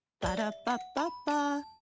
Ba-da-ba-ba-ba